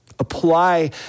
apply